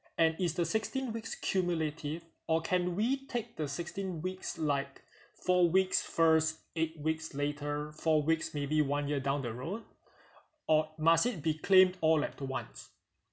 and is the sixteen weeks cumulative or can we take the sixteen weeks like four weeks first eight weeks later four weeks maybe one year down the road or must it be claimed all at once